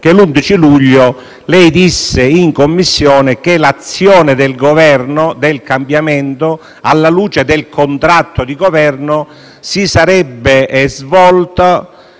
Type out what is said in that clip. che l'11 luglio scorso, in Commissione, lei disse che l'azione del Governo del cambiamento, alla luce del contratto di Governo, si sarebbe svolta